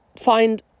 find